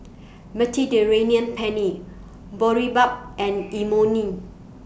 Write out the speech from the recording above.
Mediterranean Penne Boribap and Imoni